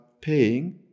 paying